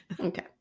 Okay